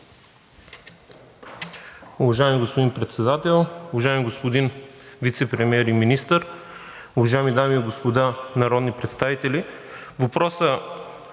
Уважаеми господин Председател, уважаеми господин Вицепремиер и министър, уважаеми дами и господа народни представители! Въпросът